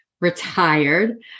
retired